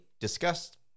discussed